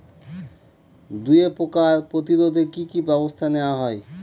দুয়ে পোকার প্রতিরোধে কি কি ব্যাবস্থা নেওয়া হয়?